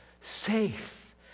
safe